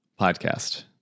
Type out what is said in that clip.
podcast